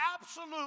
absolute